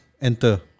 enter